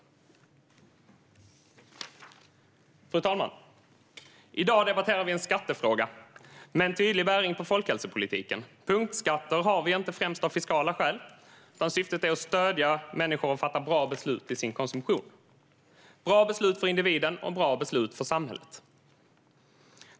Fru talman! I dag debatterar vi en skattefråga med tydlig bäring på folkhälsopolitiken. Punktskatter har vi inte främst av fiskala skäl, utan syftet är att stödja människor att fatta bra beslut kring sin konsumtion - bra beslut för individen och bra beslut för samhället.